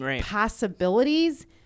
possibilities